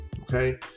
Okay